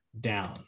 down